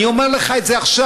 אני אומר לך את זה עכשיו.